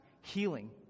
healing